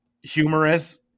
humorous